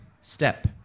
Step